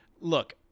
Look